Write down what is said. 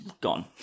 Gone